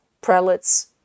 prelates